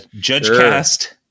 judgecast